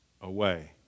away